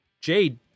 Jade